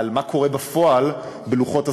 על מה שקורה בפועל בלוחות הזמנים,